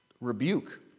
rebuke